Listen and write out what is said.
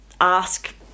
ask